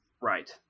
Right